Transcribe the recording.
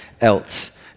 else